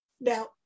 Now